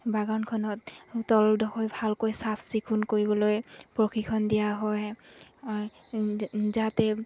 বাগানখনত তলডখৰ হৈ ভালকৈ চাফ চিকুণ কৰিবলৈ প্ৰশিক্ষণ দিয়া হয় যাতে